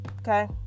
Okay